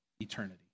eternity